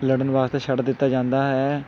ਲੜਨ ਵਾਸਤੇ ਛੱਡ ਦਿੱਤਾ ਜਾਂਦਾ ਹੈ